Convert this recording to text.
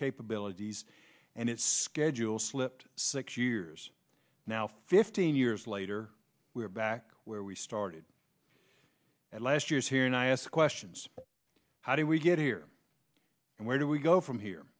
capabilities and its schedule slipped six years now fifteen years later we are back where we started at last year's here and i ask questions how do we get here and where do we go from here